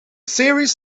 series